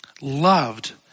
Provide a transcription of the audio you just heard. loved